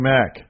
Mac